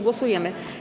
Głosujemy.